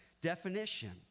definition